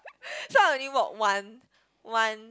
so I only walk one one